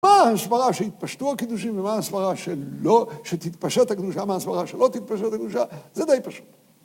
מה ההשפעה שהתפשטו הקידושים ומה הסברה שלא.. שתתפשט הקדושה מה הסברה שלא תתפשט הקדושה זה די פשוט